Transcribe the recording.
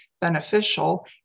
beneficial